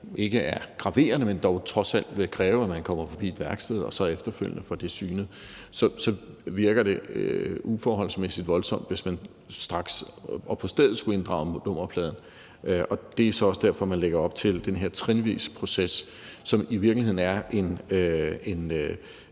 ikke er graverende, men dog trods alt vil kræve, at man kommer forbi et værksted og får det synet, så virker det uforholdsmæssigt voldsomt, hvis man straks på stedet skulle inddrage nummerpladen. Og det er så også derfor, at man lægger op til den her trinvise proces, som i virkeligheden er en